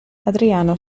adriano